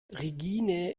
regine